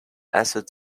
acid